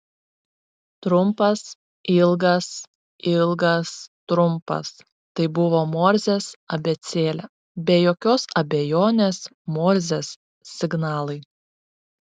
trumpas ilgas ilgas trumpas tai buvo morzės abėcėlė be jokios abejonės morzės signalai